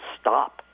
stop